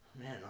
man